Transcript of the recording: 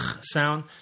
sound